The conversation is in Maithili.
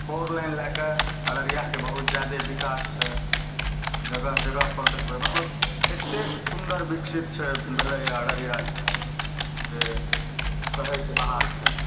फोर लाइन लै कऽ अररियाके बहुत जादे विकास छै जगह जगहपर देखबय मतलब एतेक सुन्दर विकसित छै भेलैये अररिया जे उ कहयसँ बाहर छै